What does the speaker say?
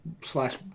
slash